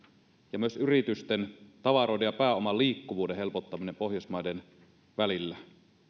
ja myös yritysten tavaroiden ja pääoman liikkuvuuden helpottaminen pohjoismaiden välillä